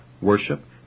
worship